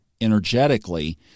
energetically